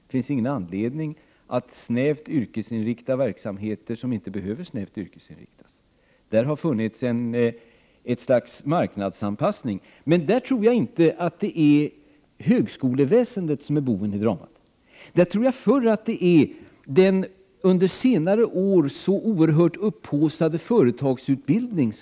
Det finns inte någon anledning att snävt yrkesinrikta verksamheter som inte behöver snävt yrkesinriktas. Det har funnits ett slags marknadsanpassning, men där tror jag inte att högskoleväsendet är boven i dramat utan snarare den under senare år så oerhört upphaussade företagsutbildningen.